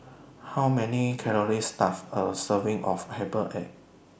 How Many Calories Does A Serving of Herbal Egg Have